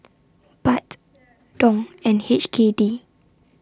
Baht Dong and H K D